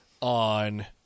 on